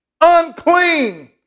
unclean